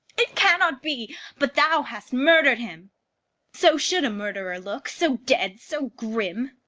it cannot be but thou hast murd'red him so should a murderer look so dead, so grim.